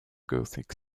gothic